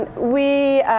and we